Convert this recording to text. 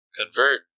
convert